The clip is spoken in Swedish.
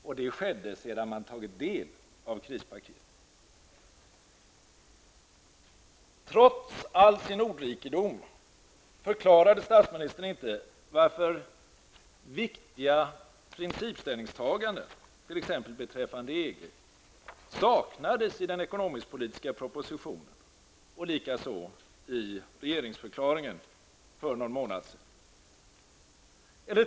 Detta skedde sedan man hade tagit del av krispaketet. Trots all sin ordrikedom förklarade statsministern inte varför viktiga principställningstaganden, t.ex. beträffande EG, saknades i den ekonomiskpolitiska propositionen, liksom också i regeringsförklaringen för någon månad sedan.